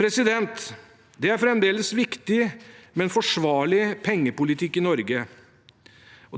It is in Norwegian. Norge. Det er fremdeles viktig med en forsvarlig pengepolitikk i Norge.